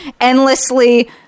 endlessly